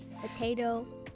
potato